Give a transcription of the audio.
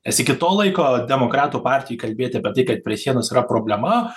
nes iki to laiko demokratų partijoj kalbėti apie tai kad prie sienos yra problema